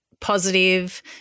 positive